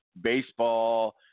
baseball